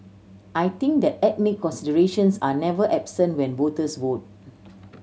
I think that ethnic considerations are never absent when voters vote